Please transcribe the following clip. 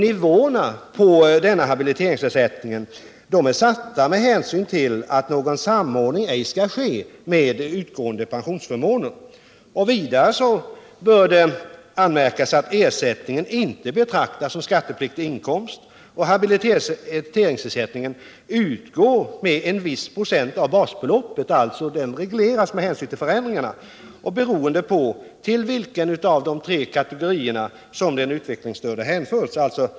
Nivåerna på habiliteringsersättningen är satta med hänsyn till att någon samordning ej skall ske med utgående pensionsförmåner. Vidare bör anmärkas att ersättningen inte betraktas som skattepliktig inkomst. Habiliteringsersättningen utgår med en viss procent av basbeloppet — den regleras alltså med hänsyn till förändringarna och beroende på till vilken av de tre kategorierna som den utvecklingsstörde hänförs.